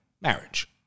marriage